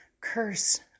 curse